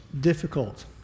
difficult